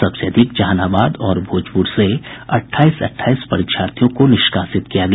सबसे अधिक जहानाबाद और भोजपूर से अट्ठाईस अट्ठाईस परीक्षार्थियों को निष्कासित किया गया